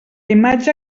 imatge